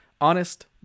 honest